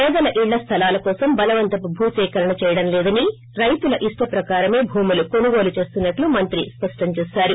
పేదల ఇళ్ల స్వలాల కోసం బలవంతపు భూసేకరణ చేయటం లేదని రైతుల ఇష్ల ప్రకారమే భూములు కొనుగోలు చేస్తున్నట్లు మంత్రి స్పష్టం చేశారు